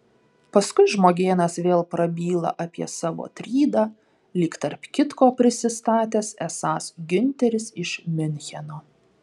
paskui žmogėnas vėl prabyla apie savo trydą lyg tarp kitko prisistatęs esąs giunteris iš miuncheno